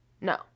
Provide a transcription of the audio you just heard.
No